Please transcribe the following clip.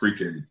freaking